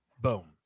Boom